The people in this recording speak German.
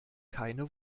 keine